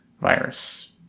virus